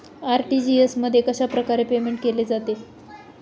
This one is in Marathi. आर.टी.जी.एस मध्ये कशाप्रकारे पेमेंट केले जाते?